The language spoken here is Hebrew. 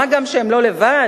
מה גם שהם לא לבד,